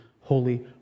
holy